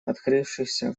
открывшихся